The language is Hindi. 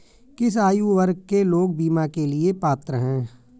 किस आयु वर्ग के लोग बीमा के लिए पात्र हैं?